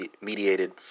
mediated